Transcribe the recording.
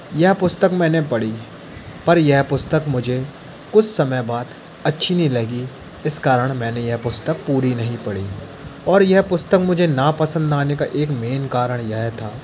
यह पुस्तक मैंने पढ़ी पर यह पुस्तक मुझे कुछ समय बाद अच्छी नहीं लगी इस कारण मैंने यह पुस्तक पूरी नहीं पढ़ी और यह पुस्तक मुझे ना पसंद ना आने का एक मेन कारण यह था